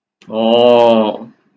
orh